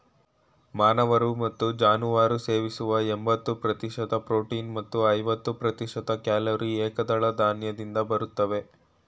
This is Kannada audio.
ಮಾನವರು ಮತ್ತು ಜಾನುವಾರು ಸೇವಿಸುವ ಎಂಬತ್ತು ಪ್ರತಿಶತ ಪ್ರೋಟೀನ್ ಮತ್ತು ಐವತ್ತು ಪ್ರತಿಶತ ಕ್ಯಾಲೊರಿ ಏಕದಳ ಧಾನ್ಯದಿಂದ ಬರ್ತವೆ